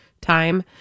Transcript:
time